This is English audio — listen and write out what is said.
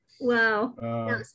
Wow